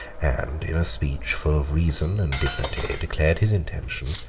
and in a speech, full of reason and dignity, declared his intention,